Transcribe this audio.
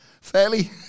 fairly